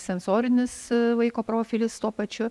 sensorinis vaiko profilis tuo pačiu